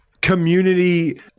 community